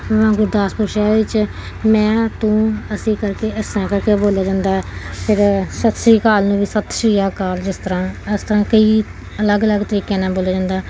ਗੁਰਦਾਸਪੁਰ ਸ਼ਹਿਰ ਵਿੱਚ ਮੈਂ ਤੂੰ ਅਸੀਂ ਕਰਕੇ ਇਸ ਤਰ੍ਹਾਂ ਕਰਕੇ ਬੋਲਿਆ ਜਾਂਦਾ ਫਿਰ ਸਸਰੀਕਾਲ ਨੂੰ ਵੀ ਸਤਿ ਸ੍ਰੀ ਅਕਾਲ ਜਿਸ ਤਰ੍ਹਾਂ ਇਸ ਤਰ੍ਹਾਂ ਕਈ ਅਲੱਗ ਅਲੱਗ ਤਰੀਕਿਆਂ ਨਾਲ ਬੋਲਿਆ ਜਾਂਦਾ